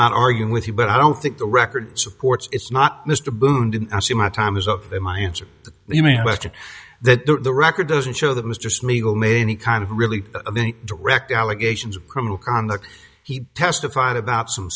not arguing with you but i don't think the record supports it's not mr boone didn't see my time is up there my answer you mean that the record doesn't show that was just me who made any kind of really any direct allegations of criminal conduct he testified about some